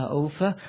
over